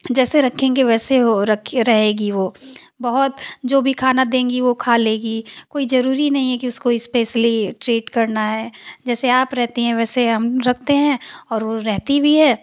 जैसे रखेंगे वैसे रहेगी वो बहुत जो भी खाना देगी वो खा लेगी कोई ज़रूरी नही है की उसको स्पेसली ट्रीट करना है जैसे आप रहती हैं वैसे हम रखते हैं और वो रहती भी है